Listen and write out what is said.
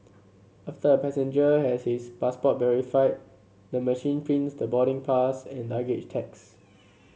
after a passenger has his passport verified the machine prints the boarding pass and luggage tags